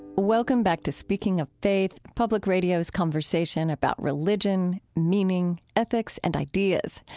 welcome back to speaking of faith, public radio's conversation about religion, meaning, ethics, and ideas.